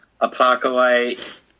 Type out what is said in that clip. Apocalypse